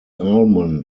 almond